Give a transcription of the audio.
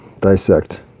dissect